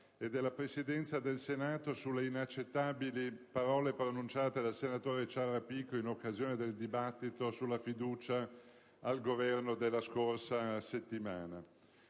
e della Presidenza del Senato sulle inaccettabili parole pronunciate dal senatore Ciarrapico in occasione del dibattito della scorsa settimana